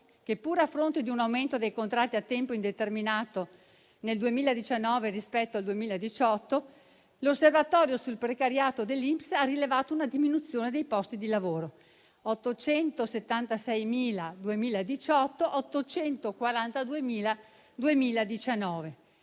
che, pur a fronte di un aumento dei contratti a tempo indeterminato nel 2019 rispetto al 2018, l'Osservatorio sul precariato dell'INPS ha rilevato una diminuzione dei posti di lavoro: 876.000 nel 2018, 842.000 nel 2019.